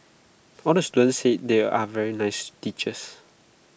all the students said they are very nice teachers